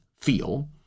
feel